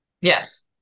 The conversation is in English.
Yes